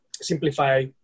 simplify